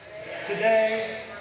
today